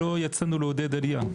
ולכן, לא יצאנו לעודד עלייה.